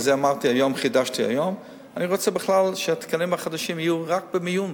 וזה אמרתי שהיום חידשתי: אני רוצה בכלל שהתקנים החדשים יהיו רק במיון,